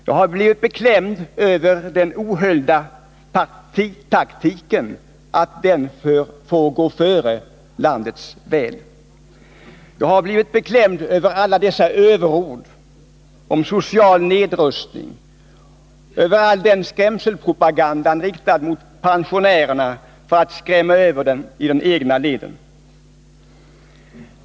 Jag har blivit beklämd också över att den ohöljda partitaktiken får gå före landets väl, beklämd över alla dessa överord om social nedrustning och all den skrämselpropaganda som riktas till pensionärerna för att skrämma dem över till de egna leden.